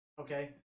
Okay